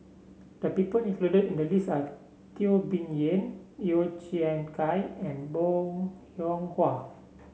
the people included in the list are Teo Bee Yen Yeo Kian Chye and Bong Hiong Hwa